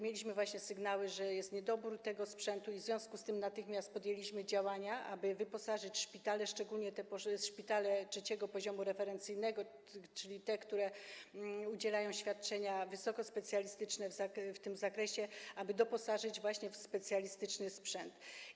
Mieliśmy sygnały, że jest niedobór tego sprzętu, w związku z tym natychmiast podjęliśmy działania, aby wyposażyć szpitale, szczególnie te szpitale III poziomu referencyjnego, czyli te, które udzielają świadczeń wysokospecjalistycznych w tym zakresie, aby doposażyć w specjalistyczny sprzęt.